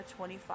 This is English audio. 25